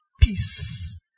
Peace